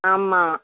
ஆமாம்